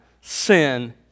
sin